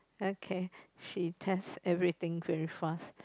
okay she test everything very fast